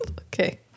Okay